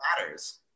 matters